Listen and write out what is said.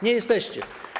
Nie jesteście.